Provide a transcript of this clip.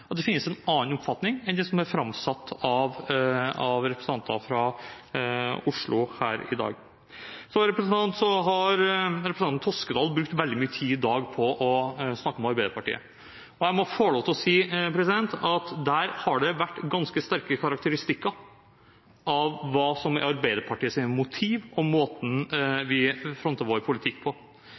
at det finnes en annen oppfatning enn det som er framsatt av representanter fra Oslo her i dag. Så har representanten Toskedal brukt veldig mye tid i dag på å snakke om Arbeiderpartiet. Jeg må få lov til å si at der har det vært ganske sterke karakteristikker av hva som er Arbeiderpartiets motiver, og av måten vi fronter vår politikk på.